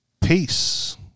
Peace